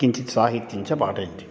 किञ्चित् साहित्यं च पाठयन्ति